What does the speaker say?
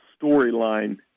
storyline